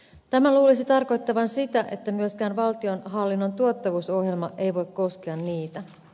tämän luulisi tarkoittavan sitä että myöskään valtionhallinnon tuottavuusohjelma ei voi koskea niitä